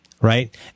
Right